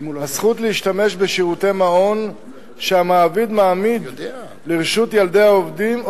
הזכות להשתמש בשירותי מעון שהמעביד מעמיד לרשות ילדי העובדים,